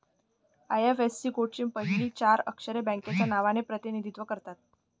IFSC कोडची पहिली चार अक्षरे बँकेच्या नावाचे प्रतिनिधित्व करतात